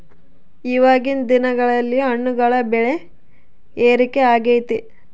ಇವಾಗಿನ್ ದಿನಗಳಲ್ಲಿ ಹಣ್ಣುಗಳ ಬೆಳೆ ಏರಿಕೆ ಆಗೈತೆ